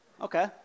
Okay